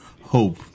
hope